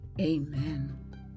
amen